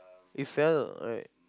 it fell right